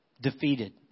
defeated